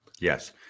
Yes